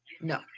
No